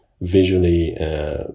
visually